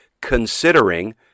considering